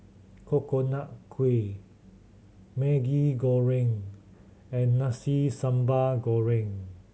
Coconut Kuih Maggi Goreng and Nasi Sambal Goreng